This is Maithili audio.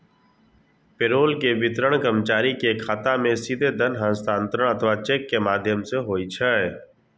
पेरोल के वितरण कर्मचारी के खाता मे सीधे धन हस्तांतरण अथवा चेक के माध्यम सं होइ छै